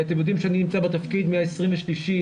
אתם יודעים שאני נמצא בתפקיד מה-23 ליולי,